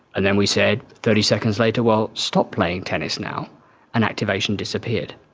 and then we said thirty seconds later, well, stop playing tennis now and activation disappeared.